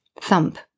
Thump